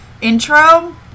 intro